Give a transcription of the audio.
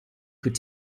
could